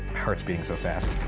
heart's beating so fast.